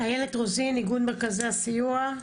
איילת רזין מאיגוד מרכזי הסיוע,